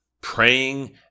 praying